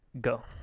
Go